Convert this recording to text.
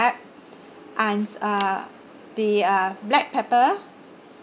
and uh the uh black pepper